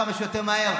כמה שיותר מהר,